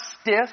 stiff